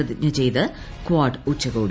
പ്രതിജ്ഞ ചെയ്ത് കാഡ് ഉച്ച്ക്കോടി